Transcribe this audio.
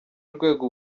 rwego